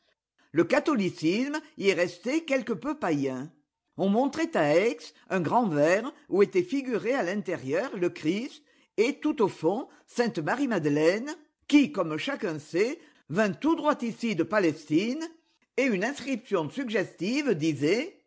le catholicisme y est resté quelque peu païen on montrait à aix un grand verre où étaient figurés à l'intérieur le christ et tout au fond sainte marie madeleine qui comme chacun sait vint tout droit ici de palestine et une inscription suggestive disait